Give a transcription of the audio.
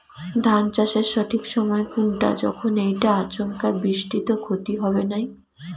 ধান চাষের সঠিক সময় কুনটা যখন এইটা আচমকা বৃষ্টিত ক্ষতি হবে নাই?